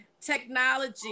technology